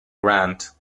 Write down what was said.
grant